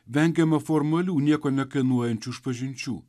vengiama formalių nieko nekainuojančių išpažinčių